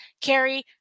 Carrie